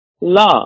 love